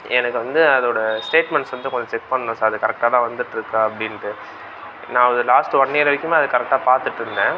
எனக்கு வந்து அதோடய ஸ்டேட்மெண்ட்ஸ் வந்து கொஞ்சம் செக் பண்ணணும் சார் அது கரெக்டாக தான் வந்துகிட்ருக்கா அப்படின்ட்டு நான் இது லாஸ்ட் ஒன் இயர் வரைக்கும் அதை கரெக்டாக பார்த்துட்ருந்தேன்